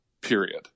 period